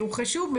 גם